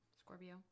scorpio